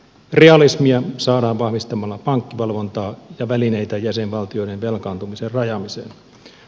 realismia saadaan vahvistamalla pankkivalvontaa ja välineitä jäsenvaltioiden velkaantumisen rajaamiseen